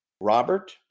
Robert